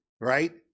right